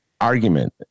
argument